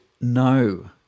no